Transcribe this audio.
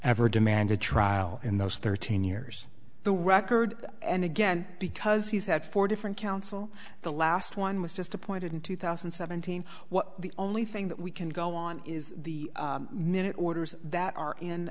ever demand a trial in those thirteen years the record and again because he's had four different counsel the last one was just appointed in two thousand and seventeen what the only thing that we can go on is the minute orders that are in